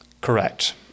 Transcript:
Correct